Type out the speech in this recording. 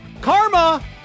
Karma